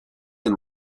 and